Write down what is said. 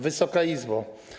Wysoka Izbo!